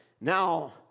Now